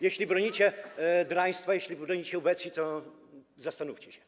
Jeśli bronicie draństwa, jeśli bronicie ubecji, to zastanówcie się.